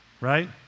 right